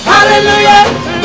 Hallelujah